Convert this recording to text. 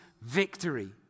victory